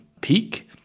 peak